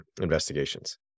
investigations